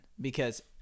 Because-